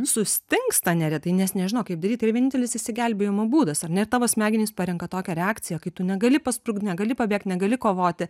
sustingsta neretai nes nežino kaip daryt tai yra vienintelis išsigelbėjimo būdas ar ne tavo smegenys parenka tokią reakciją kai tu negali pasprukt negali pabėgt negali kovoti